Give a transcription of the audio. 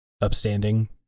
upstanding